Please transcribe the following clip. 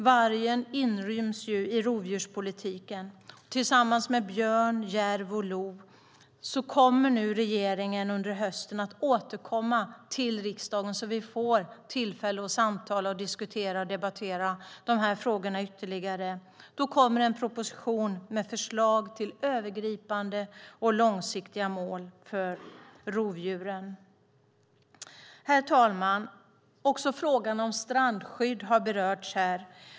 Vargen inryms i rovdjurspolitiken tillsammans med björn, järv och lo, och regeringen kommer under hösten att återkomma till riksdagen så att vi får tillfälle att samtala, diskutera och debattera dessa frågor ytterligare. Då kommer en proposition med förslag till övergripande och långsiktiga mål för rovdjuren. Herr talman! Frågan om strandskydd har berörts här.